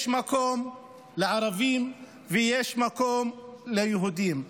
יש מקום לערבים ויש מקום ליהודים.